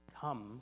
come